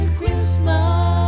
Christmas